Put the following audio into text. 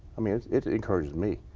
i mean it encourages me.